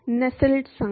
Nusselt संख्या